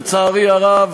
לצערי הרב,